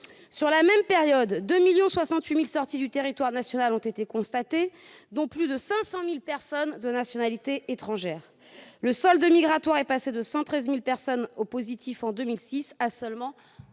Sur la même période, 2,068 millions de sorties du territoire national ont été constatées, dont plus de 500 000 personnes de nationalité étrangère. Le solde migratoire est passé de 113 000 personnes en positif en 2006 à seulement